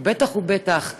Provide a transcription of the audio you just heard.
ובטח ובטח שממורה,